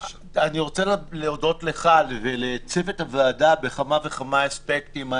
אני רוצה להודות לך ולצוות הוועדה בכמה וכמה אספקטים.